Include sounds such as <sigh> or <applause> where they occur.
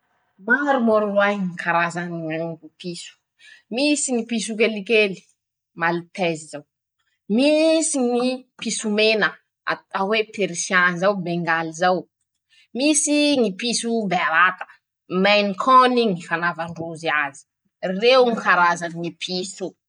Maro moa roahy misy fisalasala ñato <hesitation> ñy karazany ñy piso: -Misy ñy <shushes> piso kelikely malitezy zao. miiisy ñy piso mena "na na " na hoe persian. bangaly zao. misy ñy piso bevata mancon ñy fanaovandrozy azy reo ñy karazany ñy <shushes> piso.